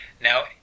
now